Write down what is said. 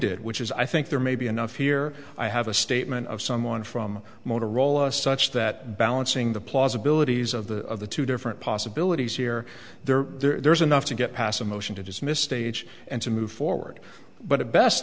did which is i think there may be enough here i have a statement of someone from motorola such that balancing the plausibilities of the of the two different possibilities here there there's enough to get past a motion to dismiss stage and to move forward but it best